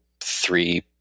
three